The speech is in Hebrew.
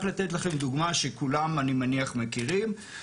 רק לתת לכם דוגמה, שכולם אני מניח מכירים.